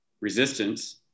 resistance